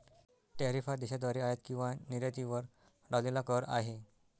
tariff हा देशाद्वारे आयात किंवा निर्यातीवर लावलेला कर आहे